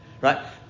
Right